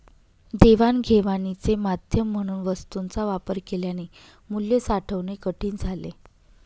देवाणघेवाणीचे माध्यम म्हणून वस्तूंचा वापर केल्याने मूल्य साठवणे कठीण झाले